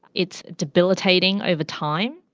it's debilitating over time,